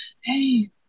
hey